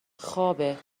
خوابه